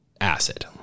acid